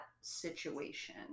situation